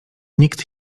nikt